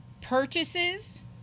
purchases